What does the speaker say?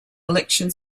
election